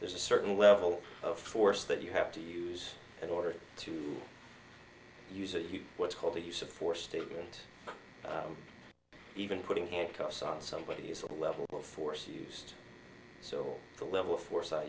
there's a certain level of force that you have to use in order to use a what's called the use of force statement even putting handcuffs on somebody is a level of force used so the level of force i